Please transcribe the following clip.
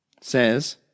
says